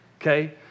Okay